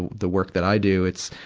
the work that i do, it's,